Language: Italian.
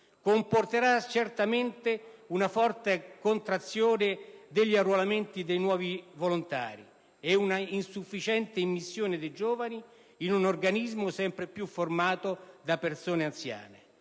comporterà certamente una forte contrazione degli arruolamenti dei nuovi volontari e un'insufficiente immissione di giovani in un organismo sempre più composto da persone anziane.